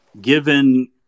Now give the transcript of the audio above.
given